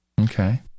Okay